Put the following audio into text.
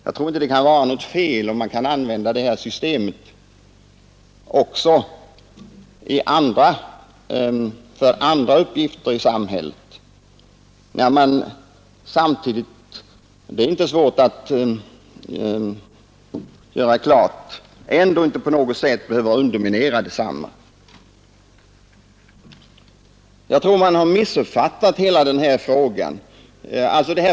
Det är enligt min mening inte fel om man kan använda ATP-försäkringen också för andra uppgifter i samhället när man samtidigt — det är inte svårt att göra klart — inte på något sätt underminerar densamma. Jag tror att man har missuppfattat hela den här frågan.